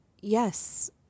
Yes